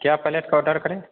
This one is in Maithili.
कए प्लेटके ऑर्डर करी